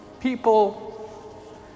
people